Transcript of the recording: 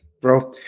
bro